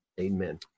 Amen